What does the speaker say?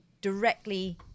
directly